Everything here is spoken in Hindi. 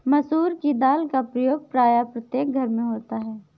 मसूर की दाल का प्रयोग प्रायः प्रत्येक घर में होता है